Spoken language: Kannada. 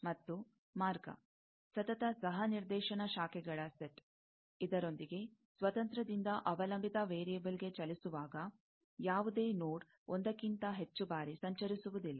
ಮತ್ತು ಮಾರ್ಗ ಸತತ ಸಹ ನಿರ್ದೇಶನ ಶಾಖೆಗಳ ಸೆಟ್ ಇದರೊಂದಿಗೆ ಸ್ವತಂತ್ರದಿಂದ ಅವಲಂಬಿತ ವೇರಿಯೆಬಲ್ಗೆ ಚಲಿಸುವಾಗ ಯಾವುದೇ ನೋಡ್ ಒಂದಕ್ಕಿಂತ ಹೆಚ್ಚು ಬಾರಿ ಸಂಚರಿಸುವುದಿಲ್ಲ